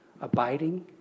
Abiding